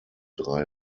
drei